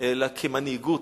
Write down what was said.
אלא כמנהיגות,